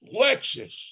Lexus